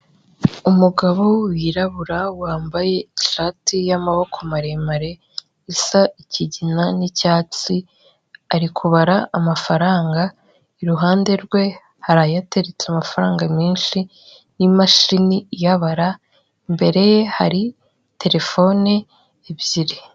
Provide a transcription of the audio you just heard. Umugabo wirabura wambaye ishati y'amaboko maremare isa ikigina n'icyatsi, ari kubara amafaranga, iruhande rwe hari ayo ateretse amafaranga menshi n'imashini iyabara, imbere ye hari telefone ebyiri.